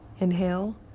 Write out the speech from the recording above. Inhale